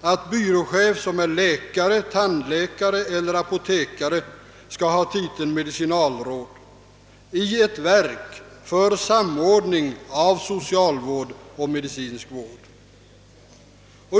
att byråchef, som är läkare, tandläkare eller apotekare, skall ha titeln medicinalråd — i ett verk för samordning av socialvård och medicinsk vård.